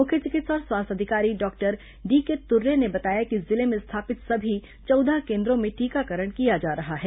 मुख्य चिकित्सा और स्वास्थ्य अधिकारी डॉक्टर डीके तुर्रे ने बताया कि जिले में स्थापित सभी चौदह केन्द्रों में टीकाकरण किया जा रहा है